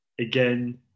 again